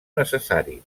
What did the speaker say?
necessari